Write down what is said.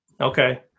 Okay